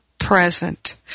present